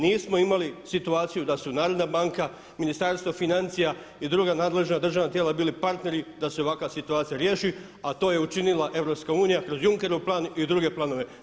Nismo imali situaciju da su narodna banka, Ministarstvo financija i druga nadležna državna tijela bili partneri da se ovakva situacija riješi a to je učinila Europska unija kroz Junckerov plan i druge planovi.